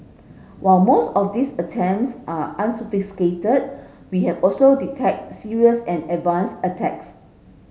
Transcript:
while most of these attempts are unsophisticated we have also detected serious and advanced attacks